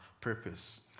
purpose